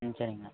ம் சரிங்கண்ணா